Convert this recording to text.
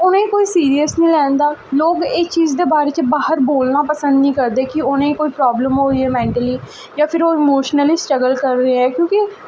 उनेंगी कोई सिरियसनी लैंदा लोग एह् टीज़ दे बारे च बाह्र बोलनां पसंद नी करदे कि उ'नेंगी कोई प्रॉवलम होई दी ऐ मैंटली जां ओह् इमोशनली स्ट्रगल ्करा दे ऐं क्योंकि